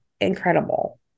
incredible